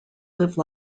live